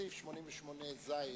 בסעיף 88(ז)